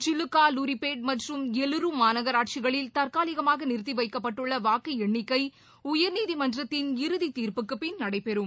சிலக்கா லூரிபேட் மற்றும் எலுரு மாநகராட்சிகளில் தற்காலிகமாக நிறுத்தி வைக்கப்பட்டுள்ள வாக்கு எண்ணிக்கை உயர்நீதிமன்றத்தின் இறுதி தீர்ப்புக்கு பின் நடைபெறும்